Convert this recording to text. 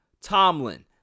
Tomlin